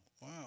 wow